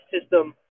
system